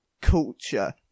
culture